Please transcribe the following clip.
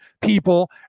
people